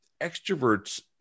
Extroverts